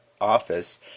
Office